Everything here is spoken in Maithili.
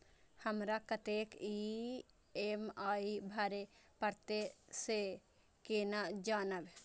हमरा कतेक ई.एम.आई भरें परतें से केना जानब?